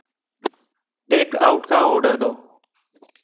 take out का order दो